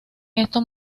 esos